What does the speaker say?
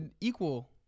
equal